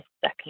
second